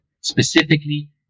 specifically